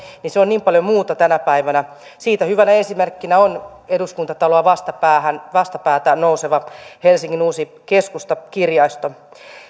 niin se on niin paljon muuta tänä päivänä siitä hyvänä esimerkkinä on eduskuntataloa vastapäätä nouseva helsingin uusi keskustakirjasto